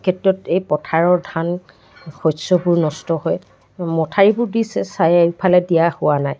ক্ষেত্ৰত এই পথাৰৰ ধান শস্যবোৰ নষ্ট হয় মঠাউৰিবোৰ দি চা চাৰিওফালে দিয়া হোৱা নাই